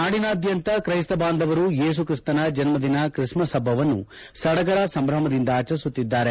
ನಾಡಿನಾದ್ಯಂತ ಕ್ರೈಸ್ತ ಬಾಂಧವರು ಏಸುಕ್ರಿಸ್ತನ ಜನ್ಮ ದಿನ ಕ್ರಿಸ್ ಮಸ್ ಹಬ್ಬವನ್ನು ಸಡಗರ ಸಂಭ್ರಮದಿಂದ ಆಚರಿಸುತ್ತಿದ್ದಾರೆ